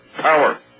power